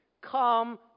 come